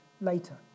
later